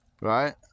Right